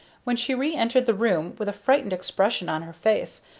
when she re-entered the room with a frightened expression on her face.